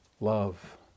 love